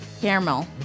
caramel